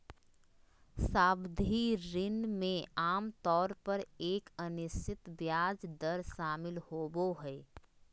सावधि ऋण में आमतौर पर एक अनिश्चित ब्याज दर शामिल होबो हइ